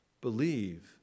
believe